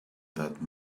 that